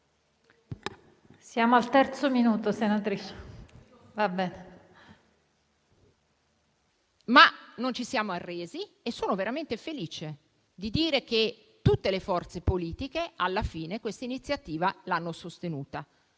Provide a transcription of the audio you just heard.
Siamo al terzo minuto, senatrice Paita. PAITA *(Az-IV-RE)*. Non ci siamo arresi e sono veramente felice di dire che tutte le forze politiche alla fine questa iniziativa l'hanno sostenuta.